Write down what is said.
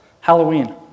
Halloween